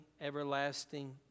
everlasting